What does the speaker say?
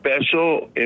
special